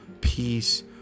peace